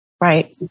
right